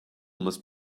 must